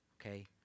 Okay